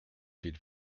feed